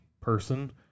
person